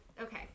okay